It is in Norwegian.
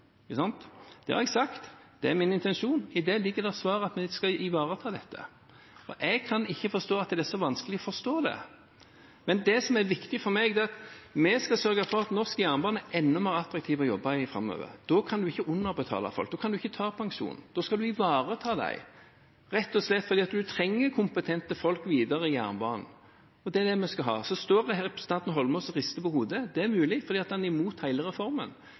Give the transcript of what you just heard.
Det har jeg sagt. Det er min intensjon. I det ligger svaret at vi skal ivareta dette. Jeg kan ikke forstå at det er så vanskelig å forstå det. Men det som er viktig for meg, er at vi skal sørge for at norsk jernbane er enda mer attraktiv å jobbe i framover. Da kan en ikke underbetale folk. Da kan en ikke ta pensjonen. Da skal en ivareta dem rett og slett fordi en trenger kompetente folk videre i jernbanen. Det er det vi skal ha. Så står representanten Eidsvoll Holmås her og rister på hodet. Det er mulig fordi han er imot hele reformen,